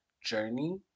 journey